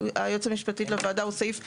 היועצת המשפטית לוועדה הוא סעיף חשוב,